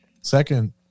Second